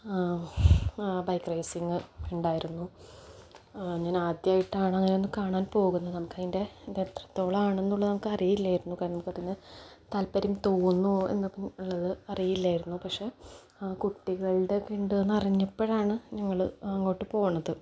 bike racing ഉണ്ടായിരുന്നു ഞാൻ ആദ്യമായിട്ടാണ് അങ്ങനെയൊന്ന് കാണാൻ പോകുന്നത് നമുക്കതിൻ്റെ ഇത് എത്രത്തോളമാണെന്നുള്ളത് നമുക്കറിയില്ലായിരുന്നു കാരണം നമുക്കതിന് താല്പര്യം തോന്നുമോയെന്നുള്ളത് അറിയില്ലായിരുന്നു പക്ഷെ കുട്ടികളുടെയൊക്കെ ഉണ്ടെന്നറിഞ്ഞപ്പോഴാണ് ഞങ്ങള് അങ്ങോട്ട് പോകുന്നത്